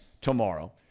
tomorrow